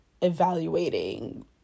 evaluating